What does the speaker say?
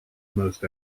most